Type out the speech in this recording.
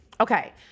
Okay